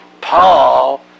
Paul